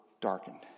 darkened